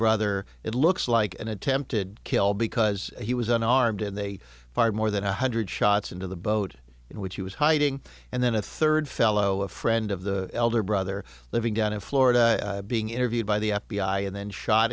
brother it looks like an attempted kill because he was unarmed and they fired more than one hundred shots into the boat in which he was hiding and then a third fellow a friend of the elder brother living down in florida being interviewed by the f b i and then shot